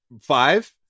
Five